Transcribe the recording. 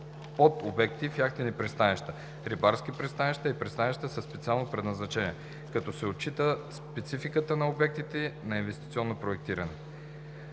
подобекти в яхтени пристанища, рибарски пристанища и пристанища със специално предназначение, като се отчита спецификата на обектите на инвестиционно проектиране.